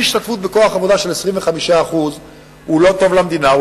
ששיעור השתתפות בכוח עבודה של 25% הוא לא טוב למדינה,